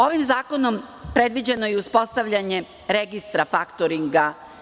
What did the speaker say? Ovim zakonom predviđeno je i uspostavljanje registra faktoringa.